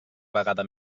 vegada